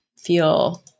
feel